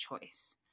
choice